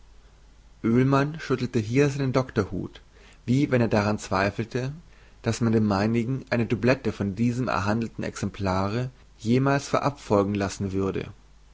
oehlmann schüttelte hier seinen doktorhut wie wenn er daran zweifelte daß man dem meinigen eine doublette von diesem erhandelten exemplare jemals verabfolgen lassen würde